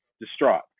distraught